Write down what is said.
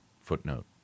Footnote